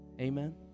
Amen